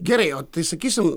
gerai o tai sakysim